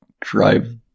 drive